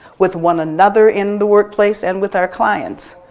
with one another in the workplace, and with our clients,